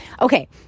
Okay